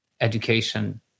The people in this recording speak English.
education